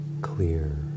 clear